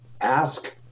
ask